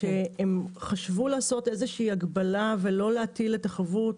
כשהם חשבו לעשות איזושהי הקבלה ולא להטיל את החבות,